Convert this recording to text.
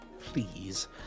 please